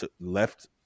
left